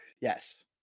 Yes